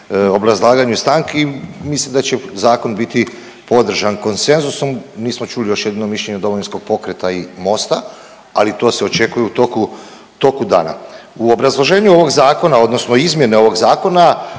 obrazlaganju stanku mislim da će zakon biti podržan konsenzusom. Nismo čuli još jedino mišljenje Domovinskog pokreta i MOST-a, ali to se očekuje u toku, toku dana. U obrazloženju ovog zakona odnosno izmjene ovog zakona